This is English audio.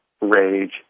rage